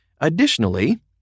Additionally